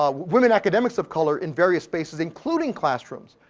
ah women academics of color in various spaces including classrooms.